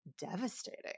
devastating